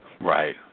Right